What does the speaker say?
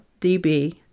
dB